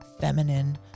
feminine